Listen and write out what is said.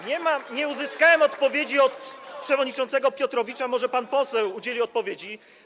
Nie uzyskałem odpowiedzi od przewodniczącego Piotrowicza, może pan poseł udzieli odpowiedzi.